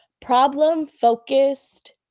problem-focused